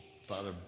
Father